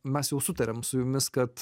mes jau sutarėm su jumis kad